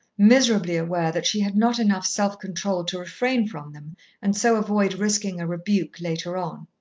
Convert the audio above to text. miserably aware that she had not enough self-control to refrain from them and so avoid risking a rebuke later on.